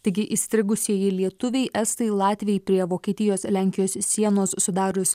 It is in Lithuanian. taigi įstrigusieji lietuviai estai latviai prie vokietijos lenkijos sienos sudarius